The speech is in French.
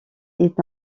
est